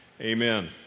Amen